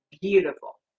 beautiful